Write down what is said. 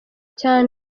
cyane